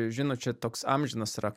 žinot čia toks amžinas yra